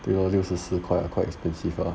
对咯六十四块 quite expensive lah